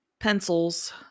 Pencils